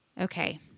Okay